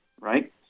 right